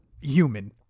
human